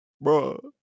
bro